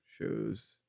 shows